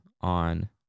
on